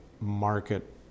market